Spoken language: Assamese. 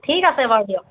ঠিক আছে বাৰু দিয়ক